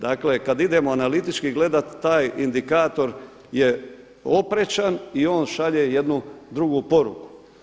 Dakle, kad idemo analitički gledati taj indikator je oprečan i on šalje jednu drugu poruku.